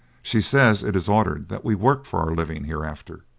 she says it is ordered that we work for our living hereafter.